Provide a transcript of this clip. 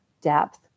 depth